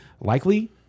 Likely